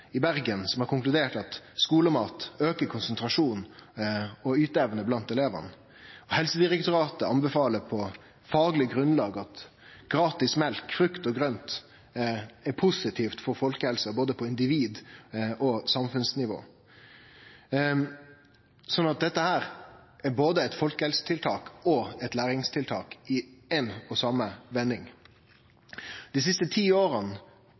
i Bergen, som har konkludert med at skulemat aukar konsentrasjonen og yteevna hos elevane. Helsedirektoratet anbefaler på fagleg grunnlag gratis mjølk, frukt og grønt som noko som er positivt for folkehelsa på både individ- og samfunnsnivå. Så dette er både eit folkehelsetiltak og eit læringstiltak i éi og same vending. Dei to siste